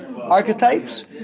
archetypes